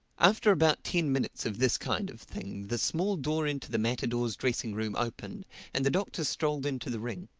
after about ten minutes of this kind of thing the small door into the matadors' dressing-room opened and the doctor strolled into the ring.